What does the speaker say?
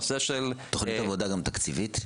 תוכנית עבודה גם תקציבית?